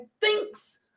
thinks